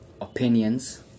opinions